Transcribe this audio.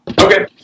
Okay